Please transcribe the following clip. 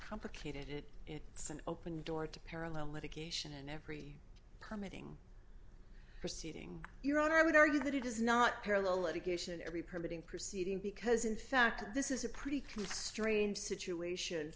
complicated it it's an open door to parallel litigation in every coming proceeding your honor i would argue that it is not parallel litigation every permitting proceeding because in fact this is a pretty strange situation